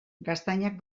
gaztainak